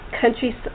country